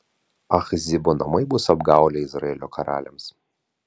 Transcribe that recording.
achzibo namai bus apgaulė izraelio karaliams